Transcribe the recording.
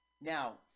Now